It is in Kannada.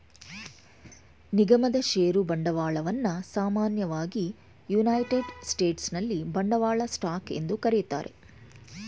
ನಿಗಮದ ಷೇರು ಬಂಡವಾಳವನ್ನ ಸಾಮಾನ್ಯವಾಗಿ ಯುನೈಟೆಡ್ ಸ್ಟೇಟ್ಸ್ನಲ್ಲಿ ಬಂಡವಾಳ ಸ್ಟಾಕ್ ಎಂದು ಕರೆಯುತ್ತಾರೆ